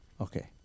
Okay